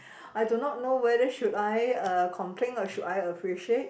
I do not know whether should I uh complain or should I appreciate